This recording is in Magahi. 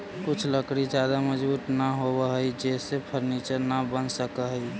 कुछ लकड़ी ज्यादा मजबूत न होवऽ हइ जेसे फर्नीचर न बन सकऽ हइ